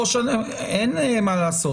אין מה לעשות.